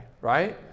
right